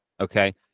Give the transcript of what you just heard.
Okay